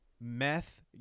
meth